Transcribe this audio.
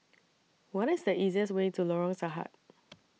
What IS The easiest Way to Lorong Sarhad